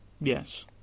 Yes